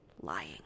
lying